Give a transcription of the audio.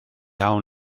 awn